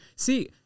See